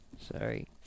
Sorry